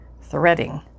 threading